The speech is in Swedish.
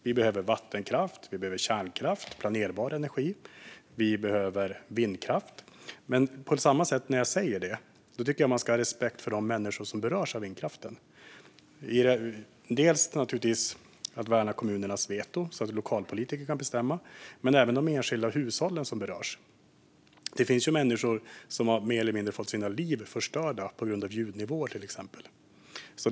Vi behöver vattenkraft, vi behöver kärnkraft, vi behöver planerbar energi och vi behöver vindkraft. Men när jag säger det tycker jag samtidigt att man ska ha respekt för de människor som berörs av vindkraften. Det gäller naturligtvis dels att värna kommunernas veto så att även lokalpolitiker kan bestämma, dels att värna de hushåll som berörs. Det finns människor som mer eller mindre har fått sina liv förstörda på grund av ljudnivåer, till exempel.